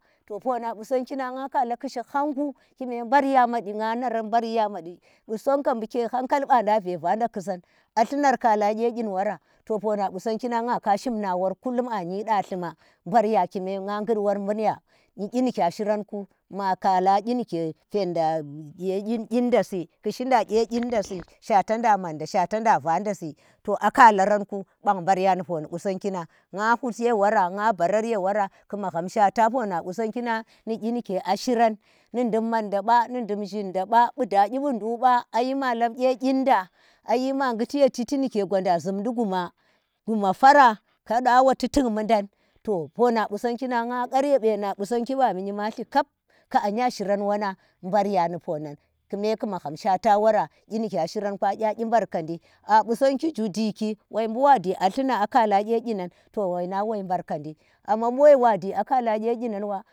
To pona qusanggi nang nga kala ki shi hhang ku, kime mbarya makyi nga na san mbarya makyi. Qusongga bu ke hanka banda ve vanda kusan a llunar khala kye kyin worato pona qusanggi nang na kashim na wora anyi dllalima mbarya kume bu nga ghud wor munya. bu kyi nike a shiranku ma khaba kyi nike fedda kye kyin dasi ki shida kye kyin dasi, shwata nda manda shawata na vanda si to a khalaranku barya ni poni qusang nang. nga buti ye wora nga ba ara ye wora, ku magham shawata pona qusanggi nang ni kyi ndike ashi ran ni dum manda ba, ni dum zhinda ba, bu da kyi bu nduk ba yi, ma lab kye khinda ayi ma ghuti ye chiti nike gwanda zhundi guna guma fara kanda wa tu tuk muddan to pona qusanggi ku nang nga khar ye beena qusanggi wa mi kaji ki anya shiram wonang, barya ni ponan ki me ki magham shwata wora kyi ni kya shiram gwa kya kyi mburkadi a qusanggi zhu diki buwa di a llua, a khala gyenan amma bu wai waji a klhala gye kyi nan wa.